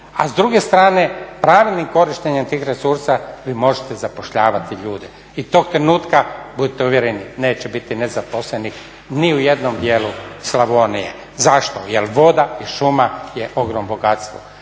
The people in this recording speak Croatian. A s druge strane, pravilnik o korištenju tih resursa vi možete zapošljavati ljude. I tog trenutka budite uvjereni neće biti nezaposlenih ni u jednom dijelu Slavonije. Zašto? Jel voda i šuma je ogromno bogatstvo.